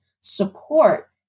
support